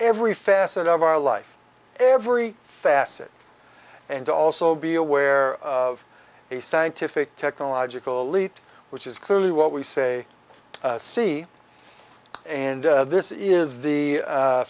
every facet of our life every facet and also be aware of a scientific technological elite which is clearly what we say see and this is the